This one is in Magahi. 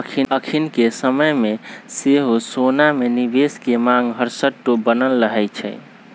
अखनिके समय में सेहो सोना में निवेश के मांग हरसठ्ठो बनल रहै छइ